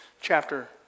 chapter